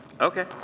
Okay